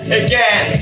again